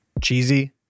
cheesy